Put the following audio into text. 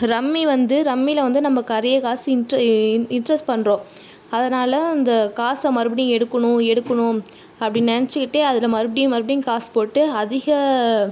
rummy வந்து ரம்மியில் வந்து நம்ம நிறைய காசு இன்ட் இன்ட்ரெஸ்ட் பண்ணுறோம் அதனால் அந்த காசை மறுபடியும் எடுக்கணும் எடுக்கணும் அப்படி நினைச்சிக்கிட்டே அதில் மறுபடியும் மறுபடியும் காசு போட்டு அதிக